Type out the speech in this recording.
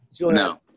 No